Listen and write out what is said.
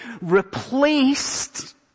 replaced